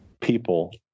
people